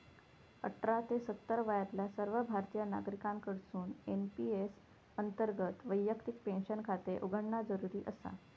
अठरा ते सत्तर वयातल्या सर्व भारतीय नागरिकांकडसून एन.पी.एस अंतर्गत वैयक्तिक पेन्शन खाते उघडणा जरुरी आसा